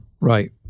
Right